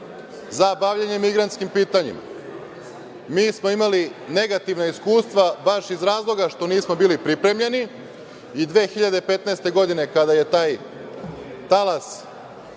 za bavljenje migrantskim pitanjima? Mi smo imali negativna iskustva baš iz razloga što nismo bili pripremljeni i 2015. godine kada je taj talas